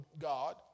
God